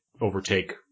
overtake